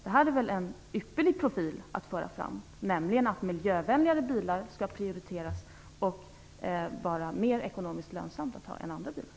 Det här är väl en ypperlig profil att föra fram, nämligen att miljövänligare bilar skall prioriteras och vara mer ekonomiskt lönsamma att ha än andra bilar.